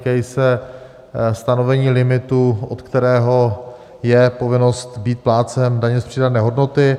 Týkají se stanovení limitu, od kterého je povinnost být plátcem daně z přidané hodnoty.